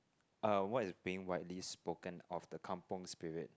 uh what is being widely spoken of the Kampung Spirit